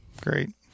great